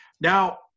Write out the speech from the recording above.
now